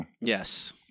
Yes